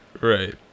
right